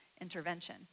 intervention